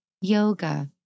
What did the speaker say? yoga